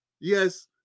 Yes